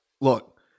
Look